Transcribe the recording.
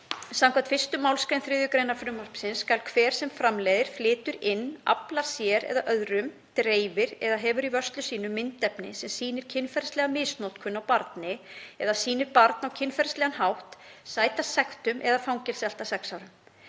Samkvæmt 1. mgr. 3. gr. frumvarpsins skal hver sem framleiðir, flytur inn, aflar sér eða öðrum, dreifir eða hefur í vörslum sínum myndefni sem sýnir kynferðislega misnotkun á barni eða sýnir barn á kynferðislegan hátt, sæta sektum eða fangelsi allt að sex árum.